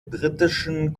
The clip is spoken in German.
britischen